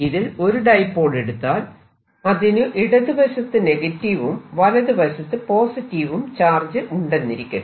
ഇതിൽ ഒരു ഡൈപോൾ എടുത്താൽ അതിനു ഇടതു വശത്ത് നെഗറ്റീവും വലതു വശത്ത് പോസിറ്റീവും ചാർജ് ഉണ്ടെന്നിരിക്കട്ടെ